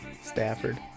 Stafford